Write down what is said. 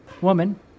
woman